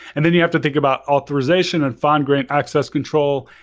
and then you have to think about authorization and fine-grained access control.